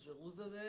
Jerusalem